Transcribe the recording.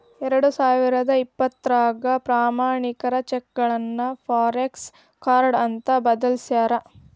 ಎರಡಸಾವಿರದ ಇಪ್ಪತ್ರಾಗ ಪ್ರಯಾಣಿಕರ ಚೆಕ್ಗಳನ್ನ ಫಾರೆಕ್ಸ ಕಾರ್ಡ್ ಅಂತ ಬದಲಾಯ್ಸ್ಯಾರ